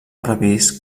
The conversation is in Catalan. previst